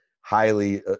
highly